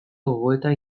gogoeta